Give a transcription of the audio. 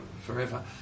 forever